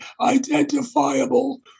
identifiable